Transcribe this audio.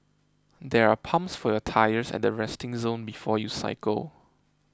there are pumps for your tyres at the resting zone before you cycle